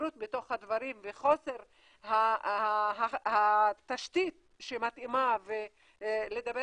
ההסתגרות בתוך הדברים וחוסר התשתית שמתאימה לדבר